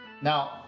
Now